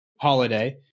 Holiday